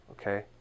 Okay